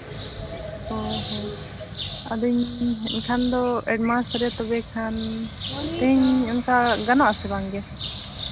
ᱚ ᱦᱚᱸ ᱟᱫᱚᱧ ᱮᱱᱠᱷᱟᱱ ᱫᱚ ᱮᱠ ᱢᱟᱥ ᱨᱮ ᱛᱚᱵᱮ ᱠᱷᱟᱱ ᱛᱮᱦᱤᱧ ᱚᱱᱠᱟ ᱜᱟᱱᱚᱜ ᱟᱥᱮ ᱵᱟᱝ ᱜᱮ